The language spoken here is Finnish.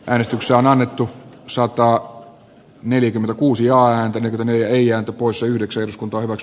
äänestys on annettu santrac neljäkymmentäkuusi ääntä neljä poissa yhdeksän iskun pohjois